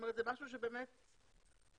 יכול לבוא.